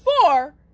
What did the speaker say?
four